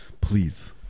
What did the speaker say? please